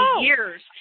years